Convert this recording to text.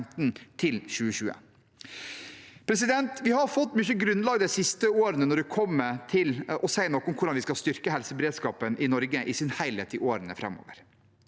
til 2020. Vi har fått mye grunnlag de siste årene når det gjelder å si noe om hvordan vi skal styrke helseberedskapen i Norge i sin helhet i årene framover.